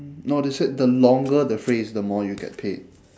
no they said the longer the phrase the more you get paid